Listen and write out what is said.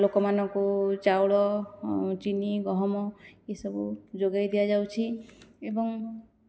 ଲୋକମାନଙ୍କୁ ଚାଉଳ ଚିନି ଗହମ ଏସବୁ ଯୋଗାଇ ଦିଆଯାଉଛି ଏବଂ